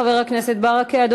תודה, חבר הכנסת ברכה.